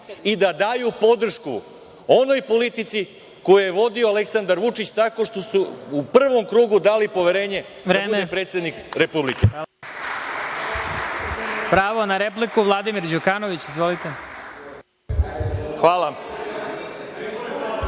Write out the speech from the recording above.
i da daju podršku onoj politici koju je vodio Aleksandar Vučić, tako što su u prvom krugu dali poverenje da bude predsednik Republike.